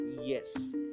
yes